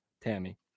tammy